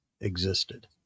existed